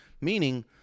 Meaning